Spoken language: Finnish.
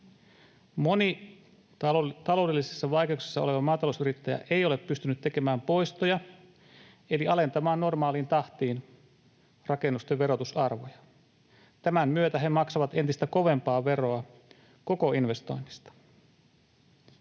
Moni taloudellisissa vaikeuksissa oleva maatalousyrittäjä ei ole pystynyt tekemään poistoja eli alentamaan normaaliin tahtiin rakennusten verotusarvoja. Tämän myötä he maksavat entistä kovempaa veroa koko investoinnista.